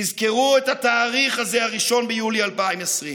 תזכרו את התאריך הזה, 1 ביולי 2020,